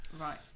Right